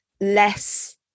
less